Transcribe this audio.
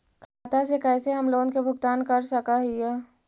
खाता से कैसे हम लोन के भुगतान कर सक हिय?